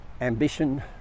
ambition